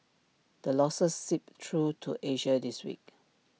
the losses seeped through to Asia this week